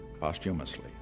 posthumously